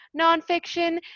nonfiction